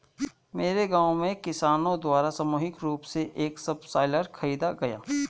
मेरे गांव में किसानो द्वारा सामूहिक रूप से एक सबसॉइलर खरीदा गया